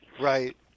Right